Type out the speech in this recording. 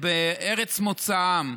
בארץ מוצאם.